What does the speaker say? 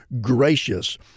gracious